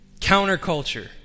Counterculture